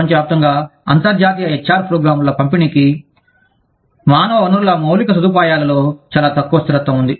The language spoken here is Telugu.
ప్రపంచవ్యాప్తంగా అంతర్జాతీయ హెచ్ఆర్ ప్రోగ్రామ్ల పంపిణీకి మానవ వనరుల మౌలిక సదుపాయాలలో చాలా తక్కువ స్థిరత్వం ఉంది